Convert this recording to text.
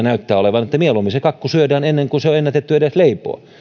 näyttää olevan että mieluummin se kakku syödään ennen kuin se on ennätetty edes leipoa mutta